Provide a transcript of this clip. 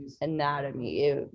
anatomy